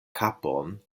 kapon